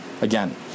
again